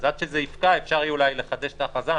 עד שזה יפקע אפשר לבטל את ההכרזה.